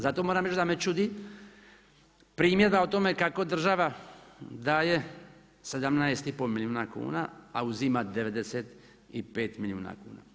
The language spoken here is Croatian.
Zato moram reći da me čudi primjedba o tome kako država daje 17 i pol milijuna kuna, a uzima 95 milijuna kuna.